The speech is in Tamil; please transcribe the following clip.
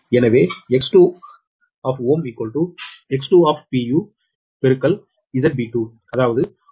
எனவேX2Ω X2 ZBT2 அதாவது 0